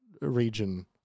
region